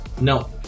No